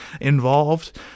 involved